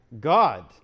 God